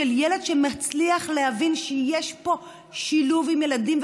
של ילד שמצליח להבין שיש פה שילוב עם ילדים,